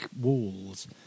walls